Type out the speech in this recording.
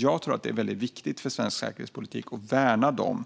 Jag tror att det är viktigt för svensk säkerhetspolitik att värna de